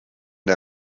der